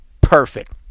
perfect